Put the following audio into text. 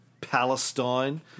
Palestine